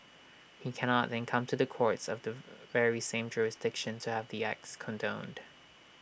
he cannot then come to the courts of the very same jurisdiction to have the acts condoned